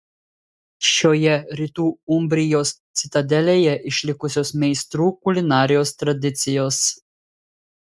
šioje rytų umbrijos citadelėje išlikusios meistrų kulinarijos tradicijos